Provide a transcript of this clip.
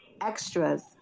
extras